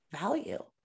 value